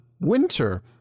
winter